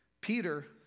Peter